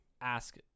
ask